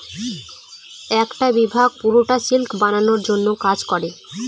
একটা বিভাগ পুরোটা সিল্ক বানানোর জন্য কাজ করে